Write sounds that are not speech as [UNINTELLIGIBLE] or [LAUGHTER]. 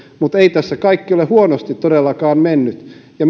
ei tässä kaikki ole huonosti todellakaan mennyt ja [UNINTELLIGIBLE]